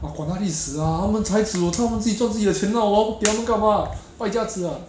我管他去死啊他们孩子我做东西做自己的钱啦我给他们干嘛败家子啊